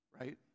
right